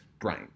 brain